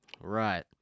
Right